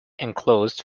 enclosed